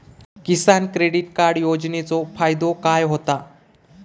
किसान credit card योजनेचो फायदो काय होता?